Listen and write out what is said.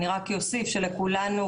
אני רק אוסיף שלכולנו,